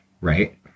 right